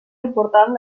important